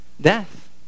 death